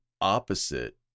opposite